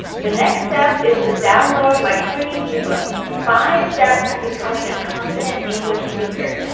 the next step is to download my free ebook, five steps to becoming a confident english speaker.